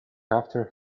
after